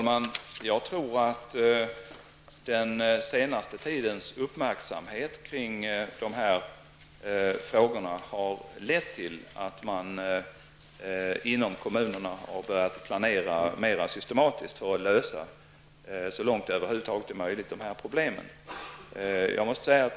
Herr talman! Den senaste tidens uppmärksamhet kring dessa frågor har lett till att man inom kommunerna börjat planera mer systematiskt för att lösa dessa problem så långt det över huvud taget är möjligt.